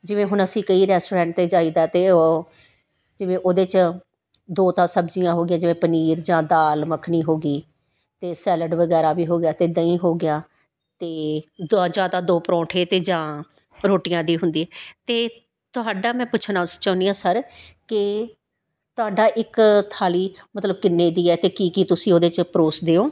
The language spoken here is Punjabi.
ਜਿਵੇਂ ਹੁਣ ਅਸੀਂ ਕਈ ਰੈਸਟੋਰੈਂਟ 'ਤੇ ਜਾਈਦਾ ਅਤੇ ਉਹ ਜਿਵੇਂ ਉਹਦੇ 'ਚ ਦੋ ਤਾਂ ਸਬਜ਼ੀਆਂ ਹੋ ਗਈਆਂ ਜਿਵੇਂ ਪਨੀਰ ਜਾਂ ਦਾਲ ਮੱਖਣੀ ਹੋ ਗਈ ਅਤੇ ਸੈਲਡ ਵਗੈਰਾ ਵੀ ਹੋ ਗਿਆ ਅਤੇ ਦਹੀਂ ਹੋ ਗਿਆ ਅਤੇ ਦੋ ਜਾਂ ਤਾਂ ਦੋ ਪਰੌਂਠੇ ਅਤੇ ਜਾਂ ਰੋਟੀਆਂ ਦੀ ਹੁੰਦੀ ਤਾਂ ਤੁਹਾਡਾ ਮੈਂ ਪੁੱਛਣਾ ਸ ਚਾਹੁੰਦੀ ਹਾਂ ਸਰ ਕਿ ਤੁਹਾਡਾ ਇੱਕ ਥਾਲੀ ਮਤਲਬ ਕਿੰਨੇ ਦੀ ਹੈ ਅਤੇ ਕੀ ਕੀ ਤੁਸੀਂ ਉਹਦੇ 'ਚ ਪਰੋਸਦੇ ਹੋ